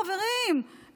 חברים,